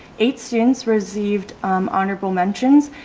eight students received honorable mentions,